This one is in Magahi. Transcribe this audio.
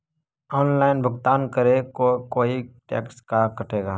ऑनलाइन भुगतान करे को कोई टैक्स का कटेगा?